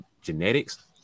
genetics